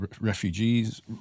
refugees